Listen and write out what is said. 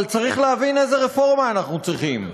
אבל צריך להבין איזה רפורמה אנחנו צריכים.